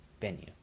venue